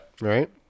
Right